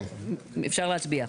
אפשר להצביע.